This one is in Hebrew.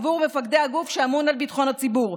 עבור מפקדי הגוף שאמון על ביטחון הציבור,